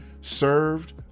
served